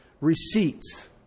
receipts